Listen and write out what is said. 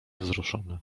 wzruszony